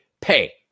Pay